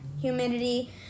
humidity